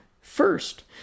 first